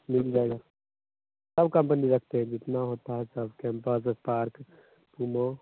मिल जाएगा सब कंपनी रखते हैं जितना होता है सब केंपा जो पार्क इनो